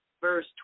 verse